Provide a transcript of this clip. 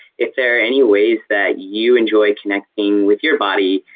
if there are any ways that you enjoy connecting with your body